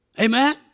Amen